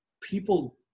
people